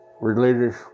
religious